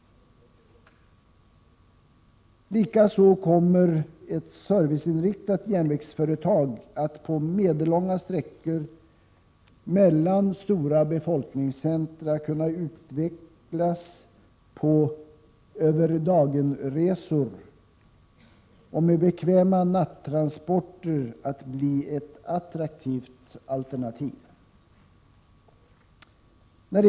Likså kommer ett serviceinriktat järnvägsföretag på medellånga sträckor mellan stora befolkningscentra att kunna utveckla ”över dagen”-resor och med bekväma nattransporter bli ett attraktivt alternativ.